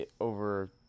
over